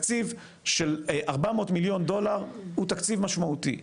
תקציב של 400 מיליון דולר הוא תקציב משמעותי.